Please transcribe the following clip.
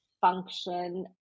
function